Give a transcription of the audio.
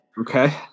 Okay